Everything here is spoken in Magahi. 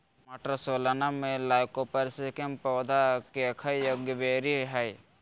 टमाटरसोलनम लाइकोपर्सिकम पौधा केखाययोग्यबेरीहइ